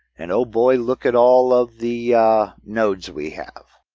and ah but look at all of the nodes we have.